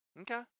Okay